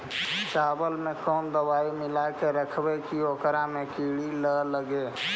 चावल में कोन दबाइ मिला के रखबै कि ओकरा में किड़ी ल लगे?